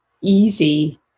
easy